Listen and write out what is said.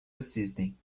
assistem